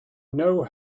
know